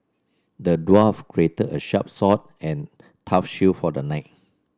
the dwarf created a sharp sword and tough shield for the knight